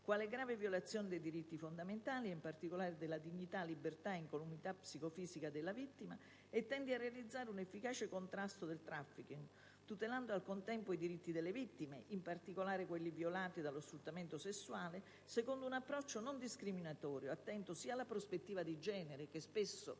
quale grave violazione dei diritti fondamentali, ed in particolare della dignità, libertà ed incolumità psicofisica della vittima, e tende a realizzare un efficace contrasto del *trafficking*, tutelando al contempo i diritti delle vittime - in particolare quelli violati dallo sfruttamento sessuale - secondo un approccio non discriminatorio, attento sia alla prospettiva di genere (che spesso